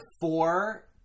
four